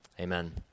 Amen